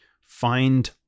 Find